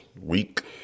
week